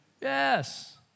Yes